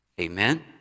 Amen